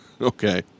Okay